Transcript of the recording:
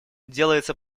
делается